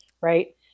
Right